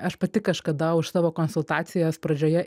aš pati kažkada už savo konsultacijas pradžioje